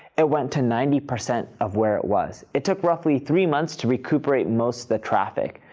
it went to ninety percent of where it was. it took roughly three months to recuperate most of the traffic.